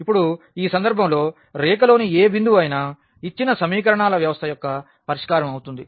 ఇప్పుడు ఈ సందర్భంలో రేఖ లోని ఏ బిందువు అయినా ఇచ్చిన సమీకరణాల వ్యవస్థ యొక్క పరిష్కారం అవుతుంది